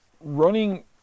Running